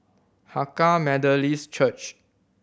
Hakka Methodist Church